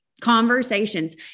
Conversations